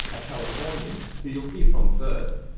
a californian who you'll hear from first,